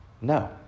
No